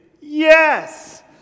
yes